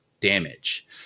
damage